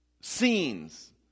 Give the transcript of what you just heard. scenes